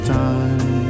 time